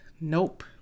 Nope